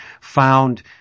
found